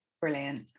Brilliant